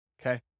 okay